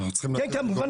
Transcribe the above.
אנחנו צריכים --- כן, כמובן.